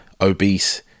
obese